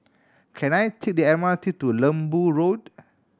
can I take the M R T to Lembu Road